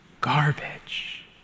Garbage